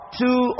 two